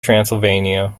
transylvania